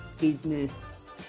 business